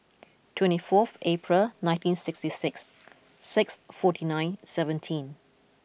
twenty fourth April nineteen sixty six six forty nine seventeen